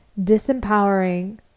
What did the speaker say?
disempowering